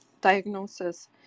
diagnosis